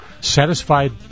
satisfied